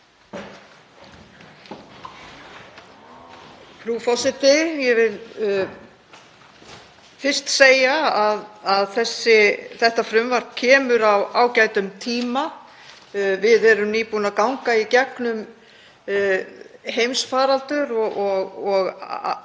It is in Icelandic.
Frú forseti. Ég vil fyrst nefna að þetta frumvarp kemur fram á ágætum tíma. Við erum nýbúin að ganga í gegnum heimsfaraldur og